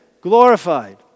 glorified